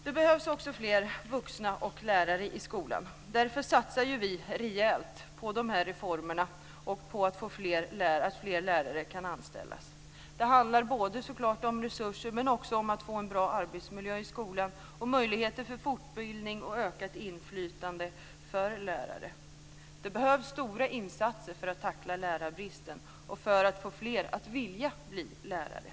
Det behövs fler vuxna och lärare i skolan. Därför satsar vi rejält på de här reformerna och på att fler lärare kan anställas. Det handlar så klart både om resurser och om att få en bra arbetsmiljö i skolan med möjligheter för fortbildning och ökat inflytande för lärare. Det behövs stora insatser för att tackla lärarbristen och för att få fler att vilja bli lärare.